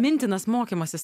mintinas mokymasis